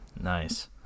Nice